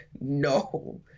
No